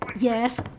Yes